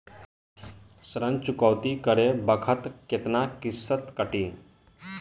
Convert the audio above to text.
ऋण चुकौती करे बखत केतना किस्त कटी?